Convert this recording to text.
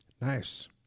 Nice